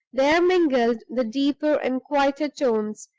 there mingled the deeper and quieter tones,